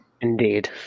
indeed